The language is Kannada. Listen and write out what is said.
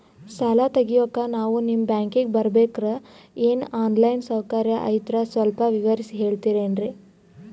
ಸಾಲ ತೆಗಿಯೋಕಾ ನಾವು ನಿಮ್ಮ ಬ್ಯಾಂಕಿಗೆ ಬರಬೇಕ್ರ ಏನು ಆನ್ ಲೈನ್ ಸೌಕರ್ಯ ಐತ್ರ ಸ್ವಲ್ಪ ವಿವರಿಸಿ ಹೇಳ್ತಿರೆನ್ರಿ?